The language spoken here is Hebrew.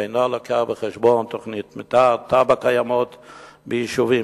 ואינו מביא בחשבון תוכניות מיתאר ותב"ע קיימות ביישובים,